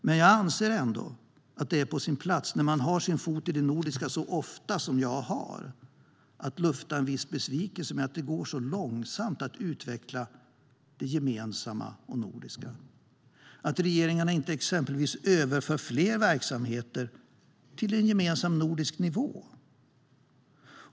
Men jag anser ändå att det är på sin plats, när jag har min fot i det nordiska så ofta som jag har, att lufta en viss besvikelse över att det går så långsamt att utveckla det gemensamma nordiska. Jag tänker exempelvis på att regeringarna inte överför fler verksamheter till en gemensam nordisk nivå.